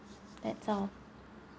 that's all